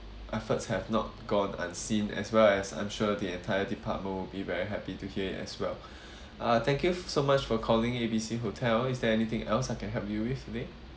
efforts have not gone unseen as well as I'm sure the entire department will be very happy to hear it as well uh thank you so much for calling A_B_C hotel is there anything else I can help you with today